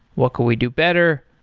what could we do better?